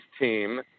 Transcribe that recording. team